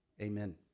amen